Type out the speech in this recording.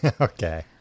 Okay